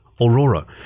Aurora